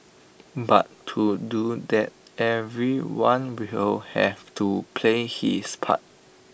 but to do that everyone will have to play his part